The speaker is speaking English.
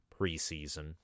preseason